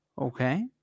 Okay